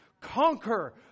Conquer